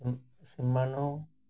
ସେମାନଙ୍କ